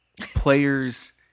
players